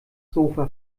sofa